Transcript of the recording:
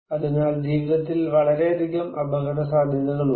അതിനാൽ ജീവിതത്തിൽ വളരെയധികം അപകടസാധ്യതകളുണ്ട്